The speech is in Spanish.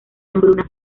hambruna